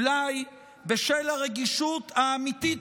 אולי בשל הרגישות האמיתית